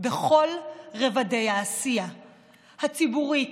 בכל רובדי העשייה הציבורית,